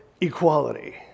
equality